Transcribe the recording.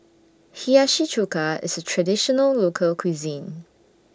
Hiyashi Chuka IS A Traditional Local Cuisine